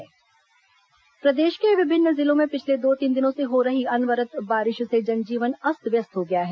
बारिश प्रदेश के विभिन्न जिलों में पिछले दो तीन दिनों से हो रही अनवरत बारिश से जनजीवन अस्त व्यस्त हो गया है